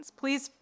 please